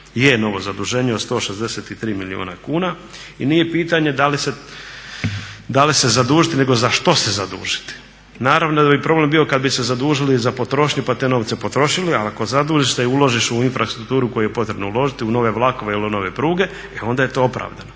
je novo zaduženje od 163 milijuna kuna. I nije pitanje da li se zadužiti nego za što se zadužiti. Naravno da bi problem bio kada bi se zadužili za potrošnju pa te novce potrošili ali ako zadužiš se i uložiš u infrastrukturu u koju je potrebno uložiti, u nove vlakove ili u nove pruge e onda je to opravdano.